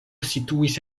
situis